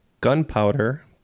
Gunpowder